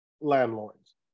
landlords